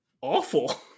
awful